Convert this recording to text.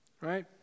right